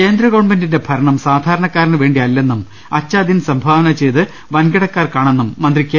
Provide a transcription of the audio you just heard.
കേന്ദ്ര ഗവൺമെന്റിന്റെ ഭരണം സാധാരണക്കാരന് വേണ്ടി അല്ലെന്നും അച്ഛാദിൻ സംഭാവന ചെയ്തത് വൻകിടക്കാർക്കാണെന്നും മന്ത്രി കെ